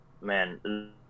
man